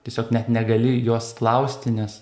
tiesiog net negali jos klausti nes